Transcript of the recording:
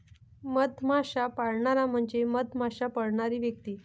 मधमाश्या पाळणारा म्हणजे मधमाश्या पाळणारी व्यक्ती